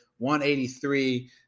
183